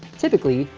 typically,